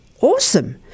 Awesome